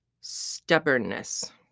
stubbornness